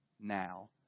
now